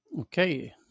Okay